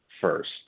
first